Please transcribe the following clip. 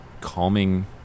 Calming